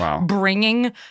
bringing